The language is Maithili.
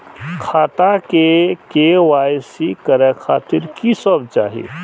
खाता के के.वाई.सी करे खातिर की सब चाही?